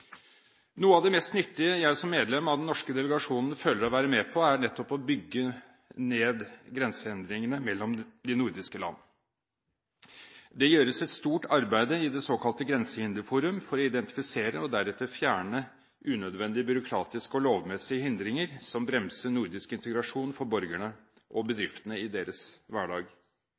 Noe av det mest nyttige jeg som medlem av den norske delegasjonen føler å være med på, er nettopp å bygge ned grensehindringene mellom de nordiske land. Det gjøres et stort arbeid i det såkalte Grensehinderforum for å identifisere og deretter fjerne unødvendige byråkratiske og lovmessige hindringer som bremser nordisk integrasjon for borgerne og bedriftene i deres hverdag.